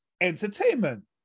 entertainment